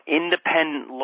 independent